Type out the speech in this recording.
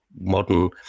modern